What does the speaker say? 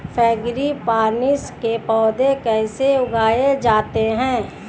Frangipanis के पौधे कैसे उगाए जाते हैं?